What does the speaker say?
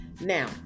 Now